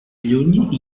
lluny